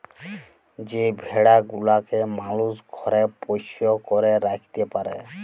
যে ভেড়া গুলাকে মালুস ঘরে পোষ্য করে রাখত্যে পারে